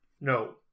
No